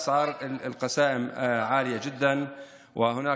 והמחירים הגיעו ל-1.3 מיליון שקלים.